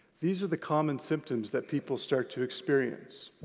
these are the common symptoms that people start to experience.